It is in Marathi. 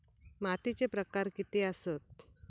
मातीचे प्रकार किती आसत?